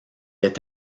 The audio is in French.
est